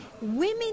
Women